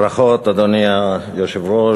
ברכות, אדוני היושב-ראש.